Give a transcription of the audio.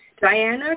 Diana